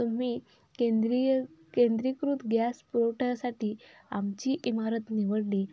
तुम्ही केंद्रीय केंद्रीकृत गॅस पुरवठ्यासाठी आमची इमारत निवडली